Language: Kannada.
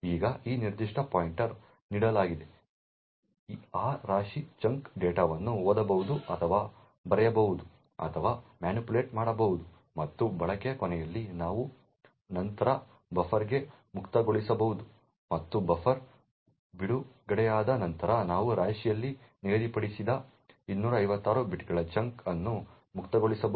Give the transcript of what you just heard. ಈಗ ಈ ನಿರ್ದಿಷ್ಟ ಪಾಯಿಂಟರ್ ನೀಡಲಾಗಿದೆ ಆ ರಾಶಿ ಚಂಕ್ನಲ್ಲಿರುವ ಡೇಟಾವನ್ನು ಓದಬಹುದು ಅಥವಾ ಬರೆಯಬಹುದು ಅಥವಾ ಮ್ಯಾನಿಪುಲೇಟ್ ಮಾಡಬಹುದು ಮತ್ತು ಬಳಕೆಯ ಕೊನೆಯಲ್ಲಿ ನಾವು ನಂತರ ಬಫರ್ಗೆ ಮುಕ್ತಗೊಳಿಸಬಹುದು ಮತ್ತು ಬಫರ್ ಬಿಡುಗಡೆಯಾದ ನಂತರ ನಾವು ರಾಶಿಯಲ್ಲಿ ನಿಗದಿಪಡಿಸಿದ 256 ಬೈಟ್ಗಳ ಚಂಕ್ ಅನ್ನು ಮುಕ್ತಗೊಳಿಸಬಹುದು